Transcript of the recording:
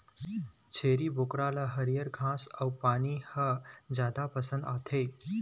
छेरी बोकरा ल हरियर घास अउ पाना ह जादा पसंद आथे